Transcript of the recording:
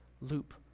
loop